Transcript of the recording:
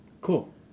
Cool